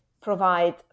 provide